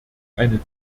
eine